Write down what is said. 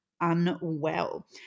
Unwell